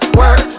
work